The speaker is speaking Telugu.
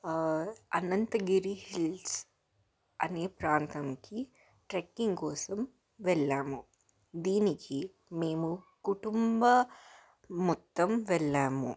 అనంతగిరి హిల్స్ అనే ప్రాంతంకి ట్రెక్కింగ్ కోసం వెళ్ళాము దీనికి మేము కుటుంబం మొత్తం వెళ్ళాము